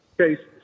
Okay